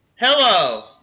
Hello